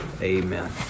Amen